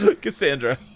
Cassandra